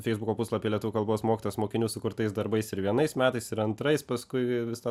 feisbuko puslapyje lietuvių kalbos mokytojos mokinių sukurtais darbais ir vienais metais ir antrais paskui visą